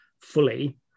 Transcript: fully